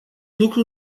lucru